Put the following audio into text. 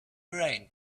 rain